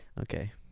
Okay